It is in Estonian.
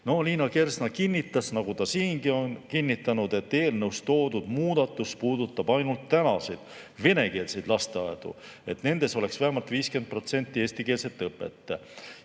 Liina Kersna kinnitas, nagu ta siingi on kinnitanud, et eelnõus toodud muudatus puudutab ainult tänaseid venekeelseid lasteaedu, et nendes oleks vähemalt 50% ulatuses eestikeelne õpe. Ja